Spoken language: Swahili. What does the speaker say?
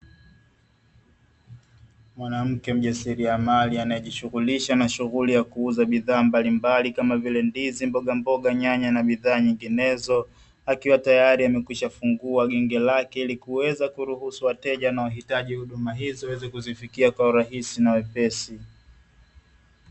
Mwanamke mjasiriamali anayejishughulisha na shughuli ya kuuza bidhaa mbalimbali kama vile ndizi, mboga mboga, nyanya na bidhaa nyinginezo. Akiwa tayari amekwisha fungua genge lake ili kuweza kuruhusu wateja wanaohitaji huduma hizo waweze kuzifikia kwa urahisi na wepesi.